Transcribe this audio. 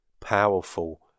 powerful